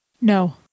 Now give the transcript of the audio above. No